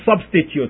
substitute